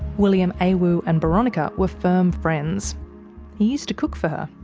william awu and boronika were firm friends he used to cook for her.